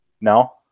no